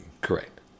Correct